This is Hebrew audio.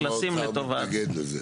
לשים לטובת --- בינתיים האוצר מתנגד לזה.